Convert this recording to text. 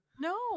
no